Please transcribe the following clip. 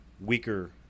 weaker